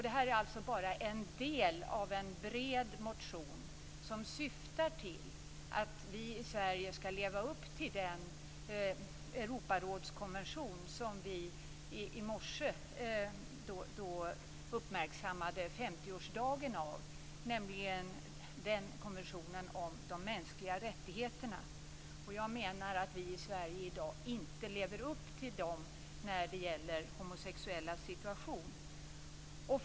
Detta är alltså bara en del av en bred motion som syftar till att vi i Sverige skall leva upp till den Europarådskonvention som vi i morse uppmärksammade 50-årsdagen av, nämligen konventionen om de mänskliga rättigheterna. Jag menar att vi i Sverige i dag inte lever upp till den när det gäller homosexuellas situation.